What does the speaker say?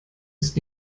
ist